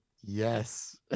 Yes